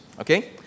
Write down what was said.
okay